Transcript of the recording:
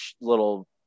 little